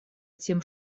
тем